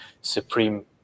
supreme